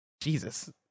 Jesus